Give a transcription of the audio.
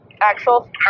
Axel